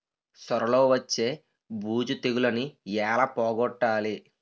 సొర లో వచ్చే బూజు తెగులని ఏల పోగొట్టాలి?